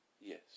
Yes